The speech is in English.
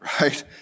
right